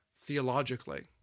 theologically